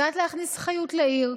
קצת להכניס חיות לעיר.